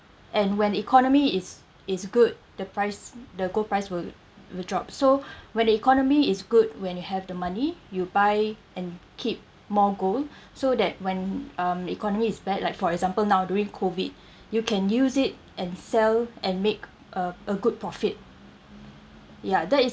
and when economy is is good the price the gold price will will drop so when the economy is good when you have the money you buy and keep more gold so that when um economy is bad like for example now during COVID you can use it and sell and make a a good profit ya that is